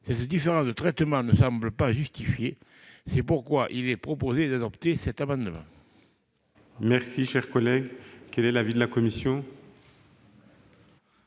Cette différence de traitement ne semble pas justifiée. C'est pourquoi je vous propose d'adopter cet amendement. Quel est l'avis de la commission ?